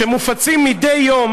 שמופצים מדי יום